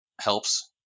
helps